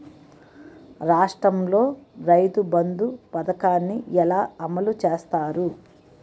రాష్ట్రంలో రైతుబంధు పథకాన్ని ఎలా అమలు చేస్తారు?